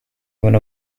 one